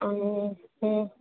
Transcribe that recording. ऐं